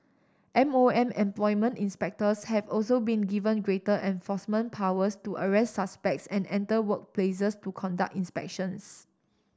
M O M employment inspectors have also been given greater enforcement powers to arrest suspects and enter workplaces to conduct inspections